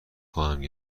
خواهم